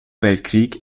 weltkrieg